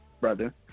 brother